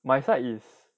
my side is